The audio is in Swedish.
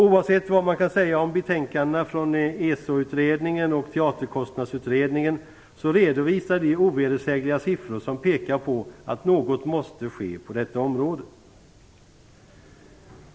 Oavsett vad man kan säga om betänkandena från ESO utredningen och Teaterkostnadsutredningen, så redovisar de ovedersägliga siffror som pekar på att något måste ske på detta område.